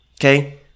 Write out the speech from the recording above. okay